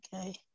Okay